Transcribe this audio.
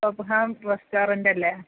ഒപ്പഹാം റെസ്റ്റോറൻ്റല്ലെ